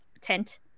tent